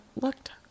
looked